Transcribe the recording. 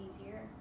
easier